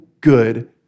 good